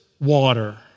water